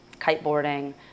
kiteboarding